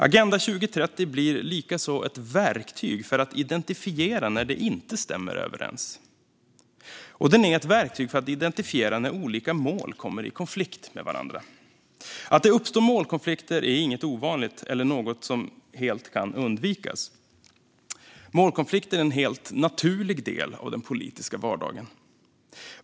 Agenda 2030 blir likaså ett verktyg för att identifiera när de inte stämmer överens, och den är ett verktyg för att identifiera när olika mål kommer i konflikt med varandra. Att det uppstår målkonflikter är inget ovanligt och inget som helt kan undvikas. Målkonflikter är en helt naturlig del av den politiska vardagen.